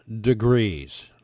degrees